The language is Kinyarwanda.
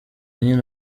nyine